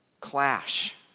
clash